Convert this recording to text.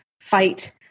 fight